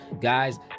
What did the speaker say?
Guys